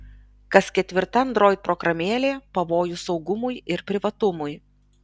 kas ketvirta android programėlė pavojus saugumui ir privatumui